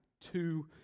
two